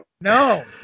No